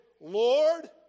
Lord